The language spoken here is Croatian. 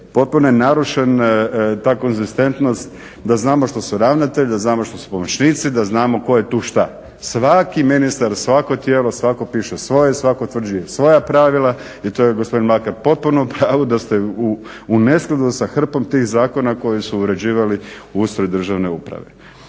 potpuno je narušena ta konzistentnost da znamo što su ravnatelji, da znamo što su pomoćnici, da znamo tko je tu šta. Svaki ministar svako tijelo svako piše svoje svako utvrđuje svoja pravila i tu je gospodin Mlakar potpuno u pravu da ste u neskladu sa hrpom tih zakona koji su uređivali ustroj državne uprave.